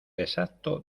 exacto